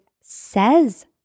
says